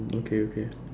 okay okay